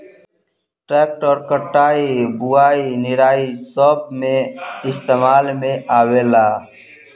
tractor कटाई, बुवाई, निराई सब मे इस्तेमाल में आवेला